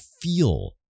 feel